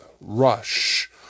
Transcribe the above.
rush